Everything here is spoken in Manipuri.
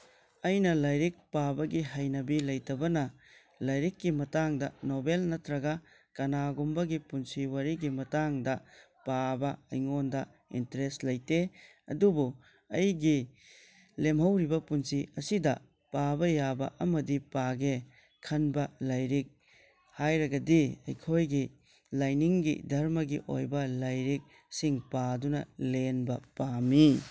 ꯑꯩꯅ ꯂꯥꯏꯔꯤꯛ ꯄꯥꯕꯒꯤ ꯍꯩꯅꯕꯤ ꯂꯩꯇꯕꯅ ꯂꯥꯏꯔꯤꯛꯀꯤ ꯃꯇꯥꯡꯗ ꯅꯣꯕꯦꯜ ꯅꯠꯇ꯭ꯔꯒ ꯀꯅꯥꯒꯨꯝꯕꯒꯤ ꯄꯨꯟꯁꯤ ꯋꯥꯔꯤꯒꯤ ꯃꯇꯥꯡꯗ ꯄꯥꯕ ꯑꯩꯉꯣꯟꯗ ꯏꯟꯇ꯭ꯔꯦꯁ ꯂꯩꯇꯦ ꯑꯗꯨꯕꯨ ꯑꯩꯒꯤ ꯂꯦꯝꯍꯧꯔꯤꯕ ꯄꯨꯟꯁꯤ ꯑꯁꯤꯗ ꯄꯥꯕ ꯌꯥꯕ ꯑꯃꯗꯤ ꯄꯥꯒꯦ ꯈꯟꯕ ꯂꯥꯏꯔꯤꯛ ꯍꯥꯏꯔꯒꯗꯤ ꯑꯩꯈꯣꯏꯒꯤ ꯂꯥꯏꯅꯤꯡꯒꯤ ꯙꯔꯃꯒꯤ ꯑꯣꯏꯕ ꯂꯥꯏꯔꯤꯛꯁꯤꯡ ꯄꯥꯗꯨꯅ ꯂꯦꯟꯕ ꯄꯥꯝꯃꯤ